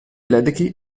ledecky